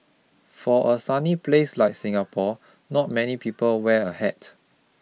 for a sunny place like Singapore not many people wear a hat